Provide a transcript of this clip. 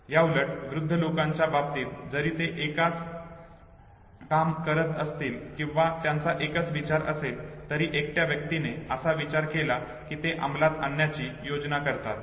याउलट वृद्ध लोकांच्या बाबतीत जरी ते एकच काम करत असतील किंवा त्यांचा एकच विचार असेल तरी एकट्या व्यक्तीने असा विचार केला की ते अंमलात आणण्याची योजना करतात